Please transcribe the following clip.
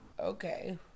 okay